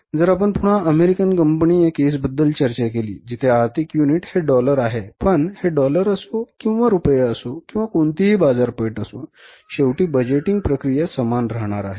जर आपण पुन्हा अमेरिकन कंपनी या केसबद्दल चर्चा केली जिथे आर्थिक युनिट हे डॉलर आहे पण हे डॉलर असो किंवा रुपये असो किंवा कोणतीही बाजारपेठ असो शेवटी बजेटिंग प्रक्रिया समान राहणार आहे